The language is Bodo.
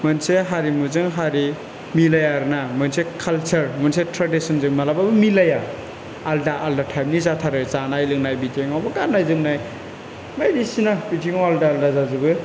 मोनसे हारिमुजों हारि मिलाया आरोना मोनसे खालसार मोनसे ट्रेडिसनजों मालाबाबो मिलाया आलदा आलदा टाइफनि जाथारो जानाय लोंनाय बिथिङावबो गाननाय जोमनाय बायदिसिना बिथिङाव आलदा आलदा जाजोबो